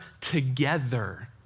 together